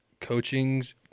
coachings